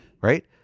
Right